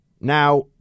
Now